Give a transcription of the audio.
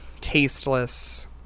tasteless